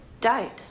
died